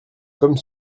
comme